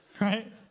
right